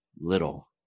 little